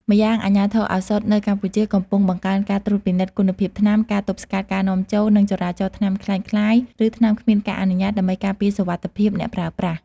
ម្យ៉ាងអាជ្ញាធរឱសថនៅកម្ពុជាកំពុងបង្កើនការត្រួតពិនិត្យគុណភាពថ្នាំ ការទប់ស្កាត់ការនាំចូល និងចរាចរណ៍ថ្នាំក្លែងក្លាយ ឬថ្នាំគ្មានការអនុញ្ញាត ដើម្បីការពារសុវត្ថិភាពអ្នកប្រើប្រាស់។